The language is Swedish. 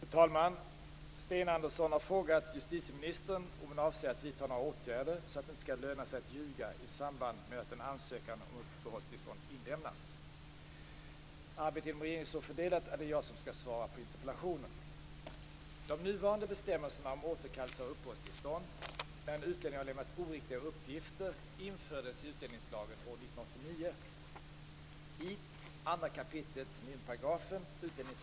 Fru talman! Sten Andersson har frågat justitieministern om hon avser att vidta några åtgärder så att det inte skall löna sig att ljuga i samband med att en ansökan om uppehållstillstånd inlämnas. Frågan är ställd mot bakgrund av den proposition Arbetet inom regeringen är så fördelat att det är jag som skall svara på interpellationen. De nuvarande bestämmelserna om återkallelse av uppehållstillstånd när en utlänning har lämnat oriktiga uppgifter infördes i utlänningslagen år 1989. Lagen gör en skillnad mellan de fall där den som berörs lämnat oriktiga uppgifter om sin identitet och fall där han eller hon lämnat oriktiga uppgifter om något annat.